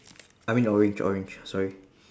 I mean orange orange sorry